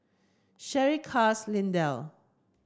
Sherie Cas Lindell